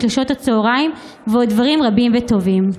לשעות הצוהריים ועוד דברים רבים וטובים.